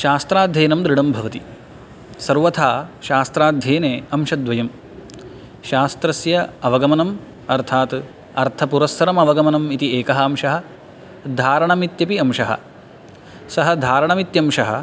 शास्त्राध्ययनं दृढं भवति सर्वथा शास्त्राध्ययने अंशद्वयं शास्त्रस्य अवगमनम् अर्थात् अर्थपुरस्सरम् अवगमनम् इति एकः अंशः धारणम् इत्यपि अंशः सः धारणम् इत्यंशः